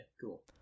cool